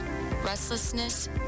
restlessness